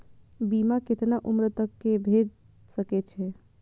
बीमा केतना उम्र तक के भे सके छै?